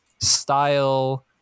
style